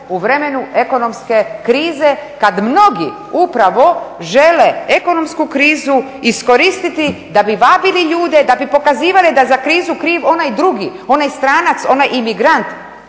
u vremenu ekonomske krize kad mnogi upravo žele ekonomsku krizu iskoristiti da bi vabili ljude, da bi pokazivali da je za krizu kriv onaj drugi, onaj stranac, onaj imigrant.